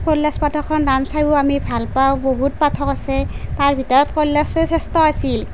কৈলাশ পাঠকৰ নাম চাইয়ো আমি ভাল পাওঁ বহুত পাঠক আছে তাৰ ভিতৰত কৈলাশেই শ্ৰেষ্ঠ আছিল